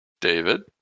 David